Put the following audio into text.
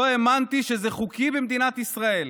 לא האמנתי שזה חוקי במדינת ישראל.